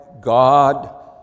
God